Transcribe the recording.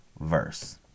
verse